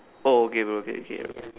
oh okay bro okay okay